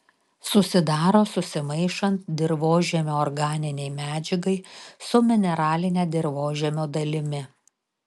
susidaro susimaišant dirvožemio organinei medžiagai su mineraline dirvožemio dalimi